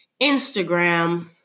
Instagram